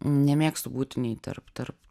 nemėgstu būti nei tarp tarp